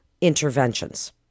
interventions